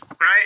right